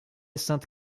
sainte